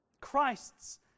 Christ's